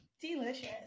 Delicious